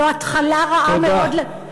זו התחלה רעה מאוד, תודה.